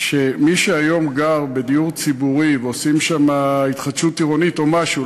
שמי שהיום גר בדיור ציבורי ועושים שם התחדשות עירונית או משהו,